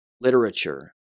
literature